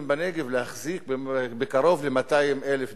בנגב להחזיק קרוב ל-200,000 דונם,